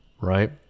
Right